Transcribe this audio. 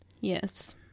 Yes